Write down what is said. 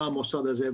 מה המוסד הזה,